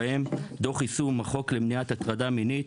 בהם: דוח היישום החוק למניעת הטרדה מינית,